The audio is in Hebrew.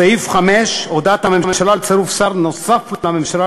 סעיף 5: הודעת הממשלה על צירוף שר נוסף לממשלה,